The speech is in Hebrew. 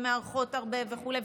מארחות הרבה וכו'.